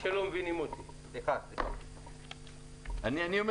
אתה אומר